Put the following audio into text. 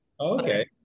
okay